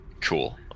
Cool